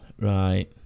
Right